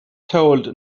told